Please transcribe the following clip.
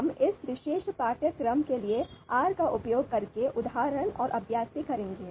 हम इस विशेष पाठ्यक्रम के लिए R का उपयोग करके उदाहरण और अभ्यास भी करेंगे